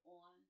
on